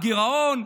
גירעון,